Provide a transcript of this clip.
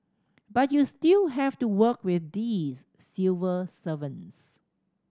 but you still have to work with these civil servants